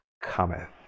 cometh